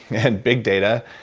and big data,